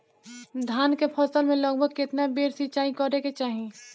धान के फसल मे लगभग केतना बेर सिचाई करे के चाही?